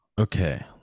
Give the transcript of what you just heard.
Okay